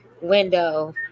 window